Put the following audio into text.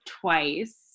twice